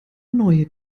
neue